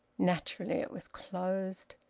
naturally it was closed!